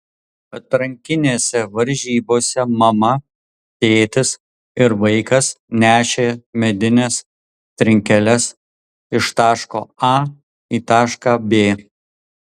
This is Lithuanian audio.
atrankinėse varžybose mama tėtis ir vaikas nešė medines trinkeles iš taško a į tašką b